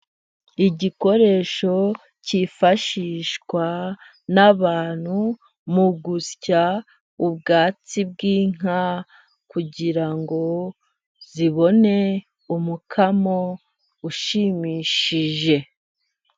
Igikoresho cyifashishwa n' abantu mu gusya ubwatsi bw'inka, kugira ngo zibone umukamo ushimishije.